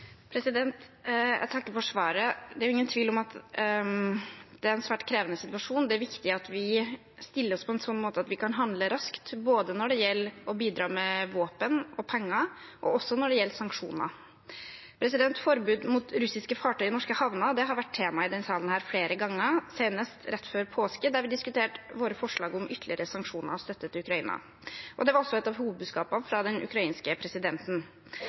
Jeg takker for svaret. Det er ingen tvil om at det er en svært krevende situasjon. Det er viktig at vi stiller oss slik at vi kan handle raskt, både når det gjelder å bidra med våpen og penger, og også når det gjelder sanksjoner. Forbud mot russiske fartøy i norske havner har vært tema i denne salen flere ganger, senest rett før påske, da vi diskuterte vårt forslag om ytterligere sanksjoner og støtte til Ukraina. Det var også et av hovedbudskapene fra den ukrainske presidenten.